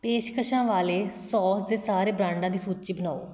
ਪੇਸ਼ਕਸ਼ਾਂ ਵਾਲੇ ਸੌਸ ਦੇ ਸਾਰੇ ਬ੍ਰਾਂਡਾਂ ਦੀ ਸੂਚੀ ਬਣਾਓ